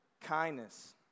kindness